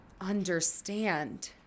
understand